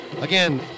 Again